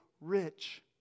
rich